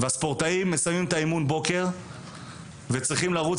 הספורטאים מסיימים את אימון הבוקר וצריכים לרוץ